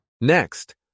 Next